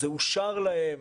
זה אושר להם.